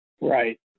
Right